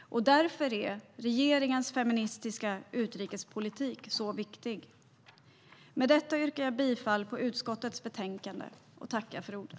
och därför är regeringens feministiska utrikespolitik så viktig. Med detta yrkar jag bifall till förslaget i utskottets betänkande och tackar för ordet.